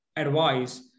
Advice